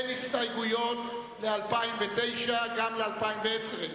אין הסתייגויות ל-2009 וגם ל-2010 אין.